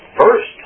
First